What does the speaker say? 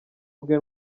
bwe